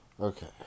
Okay